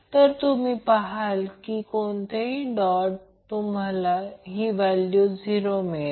तर फक्त या स्थितीची पुनरावृत्ती करा फक्त लक्षात ठेवा मग सर्वकाही सोपे होईल